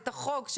את החוק,